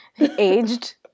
aged